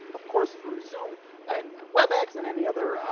of course, through zoom and webex and any other ah